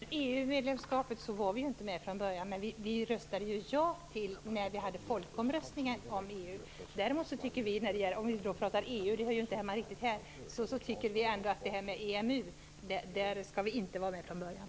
Herr talman! När det gäller EU-medlemskapet var vi inte med från början, men vi röstade ja i folkomröstningen om EU. EU hör ju inte riktigt hemma i den här debatten, men vi tycker ändå att Sverige inte skall vara med i EMU från början.